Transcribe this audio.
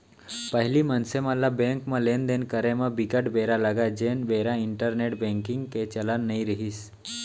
पहिली मनसे ल बेंक म लेन देन करे म बिकट बेरा लगय जेन बेरा इंटरनेंट बेंकिग के चलन नइ रिहिस